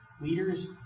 Leaders